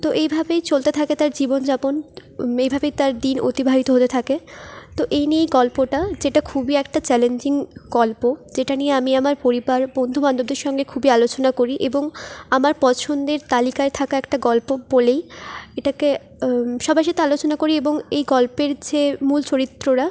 তো এইভাবেই চলতে থাকে তার জীবনযাপন এইভাবেই তার দিন অতিবাহিত হতে থাকে তো এই নিয়েই গল্পটা যেটা খুবই একটা চ্যালেঞ্জিং গল্প যেটা নিয়ে আমি আমার পরিবার বন্ধু বান্ধবদের সঙ্গে খুবই আলোচনা করি এবং আমার পছন্দের তালিকায় থাকা একটা গল্প বলেই এটাকে সবার সাথে আলোচনা করি এবং এই গল্পের যে মূল চরিত্ররা